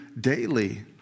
daily